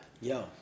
Yo